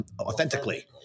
authentically